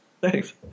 Thanks